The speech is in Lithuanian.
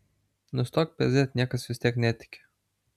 nustok pezėt niekas vis tiek netiki